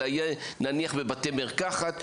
אלא יהיה נניח בבתי מרקחת,